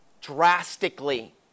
drastically